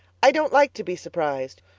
i don't like to be surprised.